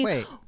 Wait